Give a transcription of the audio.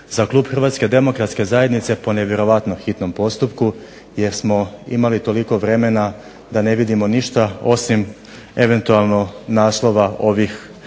Hrvatske demokratske zajednice po nevjerojatno hitnom postupku jer smo imali toliko vremena da ne vidimo ništa osim eventualno naslova ovih